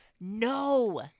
No